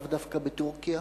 לאו דווקא בטורקיה,